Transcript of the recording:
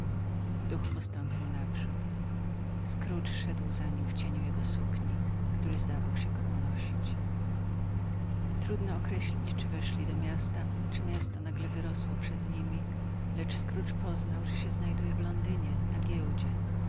duch postąpił naprzód scrooge szedł za nim w cieniu jego sukni który zdawał się go unosić trudno określić czy weszli do miasta czy miasto nagle wyrosło przed nimi lecz scrooge poznał że się znajduje w londynie na giełdzie